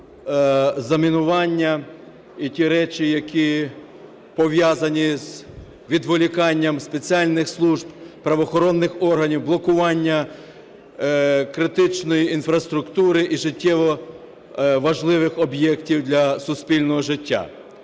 за мінування і ті речі, які пов'язані з відволіканням спеціальних служб, правоохоронних органів, блокування критичної інфраструктури і життєво важливих об'єктів для суспільного життя.